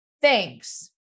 Thanks